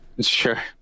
Sure